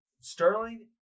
Sterling